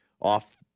off